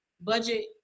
budget